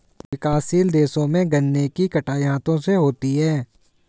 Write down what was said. विकासशील देशों में गन्ने की कटाई हाथों से होती है